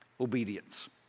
obedience